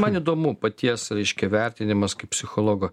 man įdomu paties reiškia vertinimas kaip psichologo